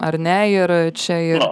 ar ne ir čia ir